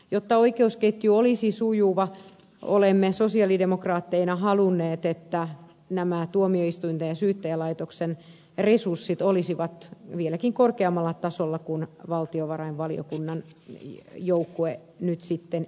jotta oikeusketju olisi sujuva olemme sosialidemokraatteina halunneet että nämä tuomioistuinten ja syyttäjälaitoksen resurssit olisivat vieläkin korkeammalla tasolla kuin valtiovarainvaliokunnan joukkue nyt sitten esittää